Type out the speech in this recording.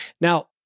Now